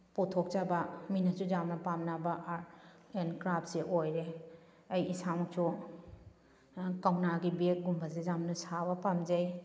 ꯄꯨꯊꯣꯛꯆꯕ ꯃꯅꯁꯨ ꯌꯥꯝꯅ ꯄꯥꯝꯅꯕ ꯑꯥꯔꯠ ꯑꯦꯟ ꯀ꯭ꯔꯥꯐꯁꯦ ꯑꯣꯏꯔꯦ ꯑꯩ ꯏꯁꯥꯃꯛꯁꯨ ꯀꯧꯅꯥꯒꯤ ꯕꯦꯒꯒꯨꯝꯕꯁꯦ ꯌꯥꯝꯅ ꯁꯥꯕ ꯑꯁꯤ